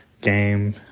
game